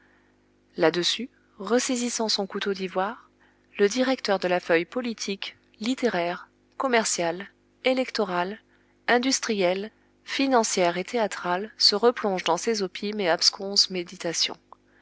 là-dessus ressaisissant son couteau d'ivoire le directeur de la feuille politique littéraire commerciale électorale industrielle financière et théâtrale se replonge dans ses opimes et absconses méditations